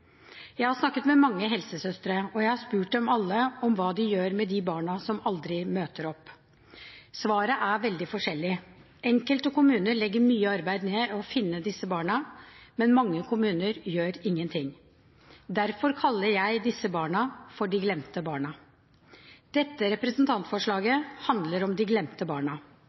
Jeg har snakket med mange helsesøstre, og jeg har spurt dem alle om hva de gjør med de barna som aldri møter opp. Svaret er veldig forskjellig. Enkelte kommuner legger mye arbeid ned i å finne disse barna, men mange kommuner gjør ingenting. Derfor kaller jeg disse barna for de glemte barna. Dette representantforslaget handler om de glemte barna.